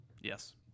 Yes